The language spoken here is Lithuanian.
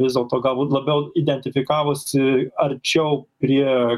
vis dėlto galbūt labiau identifikavosi arčiau prie